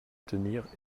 tenir